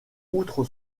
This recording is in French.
outre